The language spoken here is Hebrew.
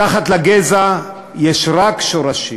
מתחת לגזע יש רק שורשים,